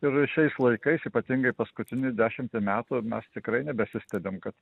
ir šiais laikais ypatingai paskutinį dešimtį metų mes tikrai nebesistebim kad